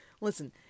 Listen